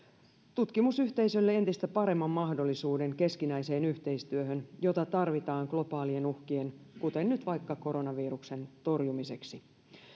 tutkimusyhteisölle entistä paremman mahdollisuuden keskinäiseen yhteistyöhön jota tarvitaan globaalien uhkien kuten nyt vaikka koronaviruksen torjumiseksi